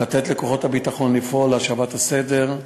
לתת לכוחות הביטחון לפעול להשבת הסדר,